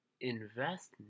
invest